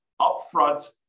upfront